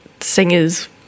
singers